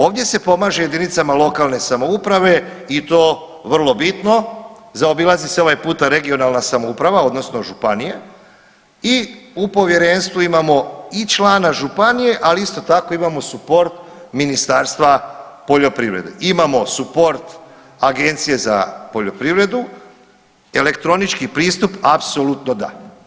Ovdje se pomaže JLS i to vrlo bitno, zaobilazi se ovaj puta regionalna samouprava odnosno županije i u povjerenstvu imamo i člana županije, ali isto tako imamo suport Ministarstva poljoprivrede imamo suport Agencije za poljoprivredu, elektronički pristup apsolutno da.